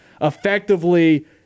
effectively